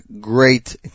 Great